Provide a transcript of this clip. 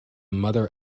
mother